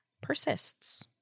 persists